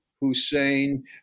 Hussein